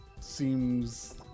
seems